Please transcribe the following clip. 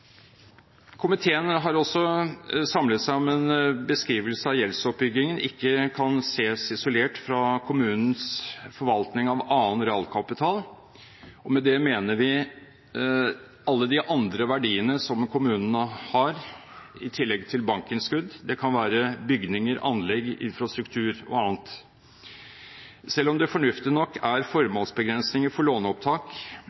Komiteen har også samlet seg om en beskrivelse av at gjeldsoppbyggingen ikke kan ses isolert fra kommunens forvaltning av annen realkapital, og med det mener vi alle de andre verdiene som kommunene har i tillegg til bankinnskudd. Det kan være bygninger, anlegg, infrastruktur o.a. Selv om det fornuftig nok er formålsbegrensninger for låneopptak